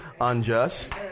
unjust